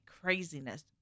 craziness